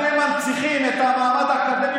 אתם מנציחים את המעמד האקדמי,